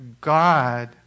God